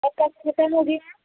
مطلب کتنے بجے ہے